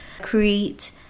create